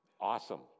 awesome